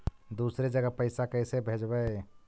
दुसरे जगह पैसा कैसे भेजबै?